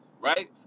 right